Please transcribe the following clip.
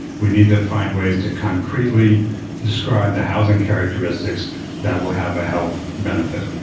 we need to find ways to concretely describe the housing characteristics that will have a health benefit.